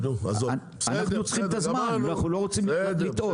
אנחנו צריכים את הזמן, ואנחנו לא רוצים לטעות.